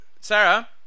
Sarah